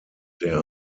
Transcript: der